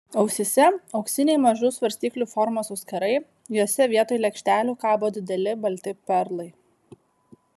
ausyse auksiniai mažų svarstyklių formos auskarai jose vietoj lėkštelių kabo dideli balti perlai